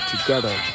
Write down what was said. together